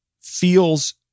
feels